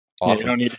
awesome